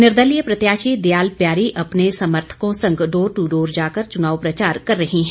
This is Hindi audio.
निर्दलीय प्रत्याशी दयाल प्यारी अपने समर्थकों संग डोर ट्र डोर जाकर चुनाव प्रचार कर रही हैं